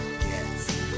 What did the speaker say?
Yes